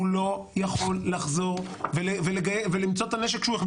הוא לא יכול לחזור ולמצוא את הנשק שהוא החביא